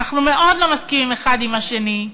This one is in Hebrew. "אנחנו מאוד לא מסכימים אחד עם השני",